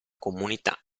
comunità